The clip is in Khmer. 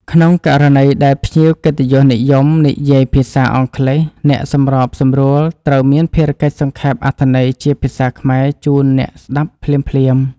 ក្នុងករណីដែលភ្ញៀវកិត្តិយសនិយមនិយាយភាសាអង់គ្លេសអ្នកសម្របសម្រួលត្រូវមានភារកិច្ចសង្ខេបអត្ថន័យជាភាសាខ្មែរជូនដល់អ្នកស្តាប់ភ្លាមៗ។